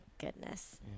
goodness